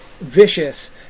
Vicious